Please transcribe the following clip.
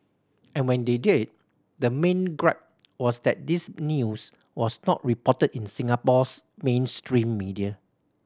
and when they did the main gripe was that this news was not reported in Singapore's mainstream media